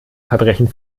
verbrechen